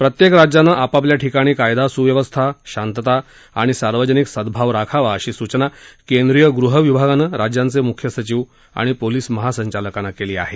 प्रत्येक राज्यानं आपापल्या ठिकाणी कायदा सुव्यवस्था शांतता आणि सार्वजनिक सद्गाव राखावा अशी सूचना केंद्रीय गृह विभागानं राज्यांचे मुख्य सचिव आणि पोलिस महासंचालकांना केली आहे